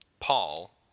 Paul